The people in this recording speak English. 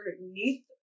underneath